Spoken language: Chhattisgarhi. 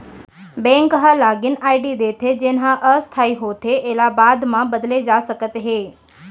बेंक ह लागिन आईडी देथे जेन ह अस्थाई होथे एला बाद म बदले जा सकत हे